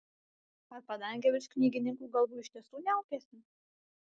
ar padangė virš knygininkų galvų iš tiesų niaukiasi